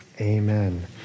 amen